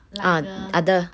ah ada